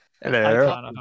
Hello